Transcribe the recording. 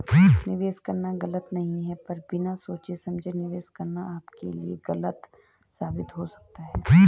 निवेश करना गलत नहीं है पर बिना सोचे समझे निवेश करना आपके लिए गलत साबित हो सकता है